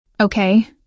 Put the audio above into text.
Okay